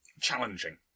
challenging